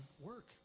work